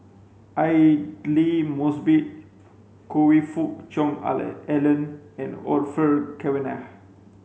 Aidli Mosbit Choe Fook Cheong Alan Alan and Orfeur Cavenagh